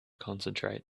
concentrate